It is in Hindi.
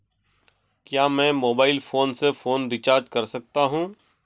क्या मैं मोबाइल फोन से फोन रिचार्ज कर सकता हूं?